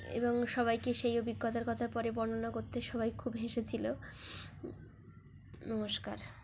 এবং সবাইকে সেই অভিজ্ঞতার কথা পরে বর্ণনা করতে সবাই খুব হেসেছিল নমস্কার